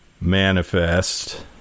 manifest